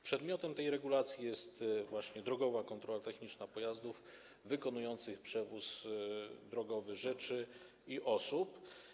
Przedmiotem tej regulacji jest właśnie drogowa kontrola techniczna pojazdów wykonujących przewóz drogowy rzeczy i osób.